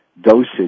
dosage